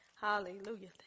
hallelujah